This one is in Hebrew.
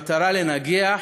במטרה לנגח